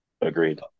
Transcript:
Agreed